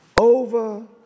over